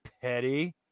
Petty